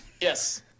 Yes